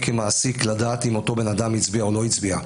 כמעסיק לדעת אם אותו בן אדם הצביע או לא הצביע.